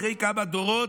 אחרי כמה דורות,